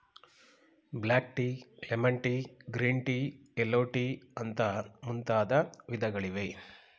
block tea, lemon tea, green tea, yellow tea ಅಂತ ಮುಂತಾದ ವಿಧಗಳಿವೆ